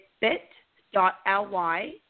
bit.ly